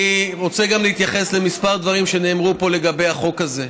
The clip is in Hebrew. אני רוצה גם להתייחס לכמה דברים שנאמרו פה לגבי החוק הזה.